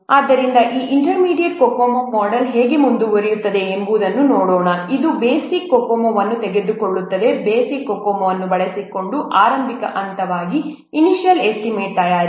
ಆದ್ದರಿಂದ ಈ intermediate COCOMO model ಹೇಗೆ ಮುಂದುವರಿಯುತ್ತದೆ ಎಂಬುದನ್ನು ನಾವು ನೋಡೋಣ ಇದು ಬೇಸಿಕ್ COCOMO ಅನ್ನು ತೆಗೆದುಕೊಳ್ಳುತ್ತದೆ ಬೇಸಿಕ್ COCOMO ಅನ್ನು ಬಳಸಿಕೊಂಡು ಆರಂಭಿಕ ಹಂತವಾಗಿ ಇನಿಷ್ಯಲ್ ಎಸ್ಟಿಮೇಟ್ ತಯಾರಿಸಿ